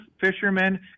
fishermen